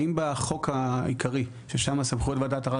האם בחוק העיקרי ששם סמכויות ועדת הערר,